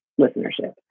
listenership